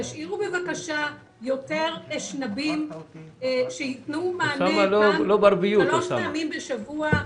תשאירו בבקשה יותר אשנבים שייתנו מענה שלוש פעמים בשבוע,